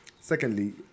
Secondly